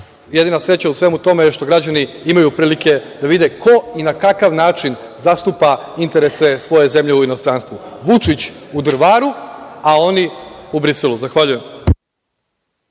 jedina sreća u svemu tome je što građani imaju prilike da vide ko i na kakav način zastupa interese svoje zemlje u inostranstvu. Vučić u Drvaru, a oni u Briselu. Zahvaljujem.